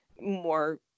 more